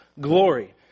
glory